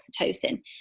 oxytocin